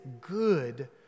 good